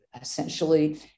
essentially